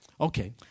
Okay